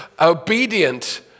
obedient